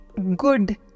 Good